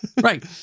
Right